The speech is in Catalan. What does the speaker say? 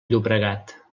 llobregat